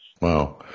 Wow